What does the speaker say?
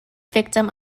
victim